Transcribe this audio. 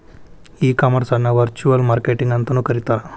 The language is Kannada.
ಈ ಕಾಮರ್ಸ್ ಅನ್ನ ವರ್ಚುಅಲ್ ಮಾರ್ಕೆಟಿಂಗ್ ಅಂತನು ಕರೇತಾರ